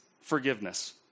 forgiveness